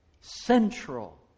central